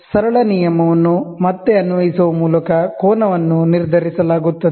ಸರಳ ನಿಯಮವನ್ನು ಮತ್ತೆ ಅನ್ವಯಿಸುವ ಮೂಲಕ ಕೋನವನ್ನು ನಿರ್ಧರಿಸಲಾಗುತ್ತದೆ